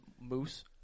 moose